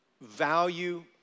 value